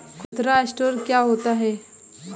खुदरा स्टोर क्या होता है?